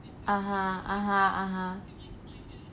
(uh huh) (uh huh) (uh huh)